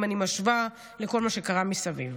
אם אני משווה לכל מה שקרה מסביב.